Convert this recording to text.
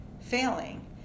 failing